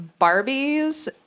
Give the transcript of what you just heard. Barbies